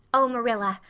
oh, marilla,